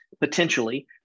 potentially